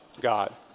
God